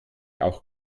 auch